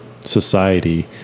society